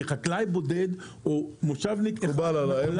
כי חקלאי בודד או מושבניק --- מקובל עליי,